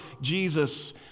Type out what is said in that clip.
Jesus